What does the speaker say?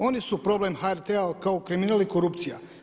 Oni su problem HRT-a kao i kriminal i korupcija.